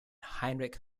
heinrich